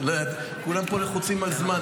כולם פה לוחצים על זמן.